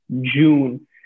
June